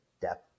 depth